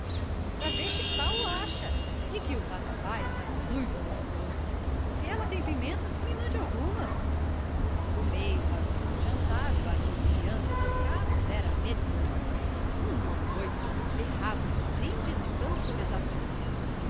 pra ver que tal o acha e que o vatapá estava muito gostoso se ela tem pimentas que me mande algumas do meio para o fim do jantar o baralho em ambas as casas era medonho no numero oi derrame brindes e cantos desafinados